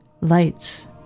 Lights